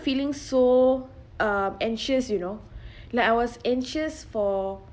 feeling so um anxious you know like I was anxious for